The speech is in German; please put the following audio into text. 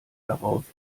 darauf